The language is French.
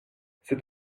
c’est